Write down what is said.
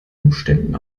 umständen